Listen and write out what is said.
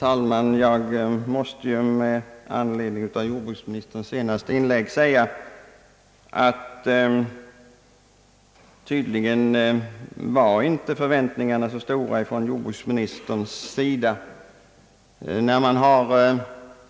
Herr talman! Med anledning av jordbruksministerns senaste inlägg måste jag konstatera att hans förväntningar tydligen inte var så stora.